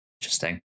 Interesting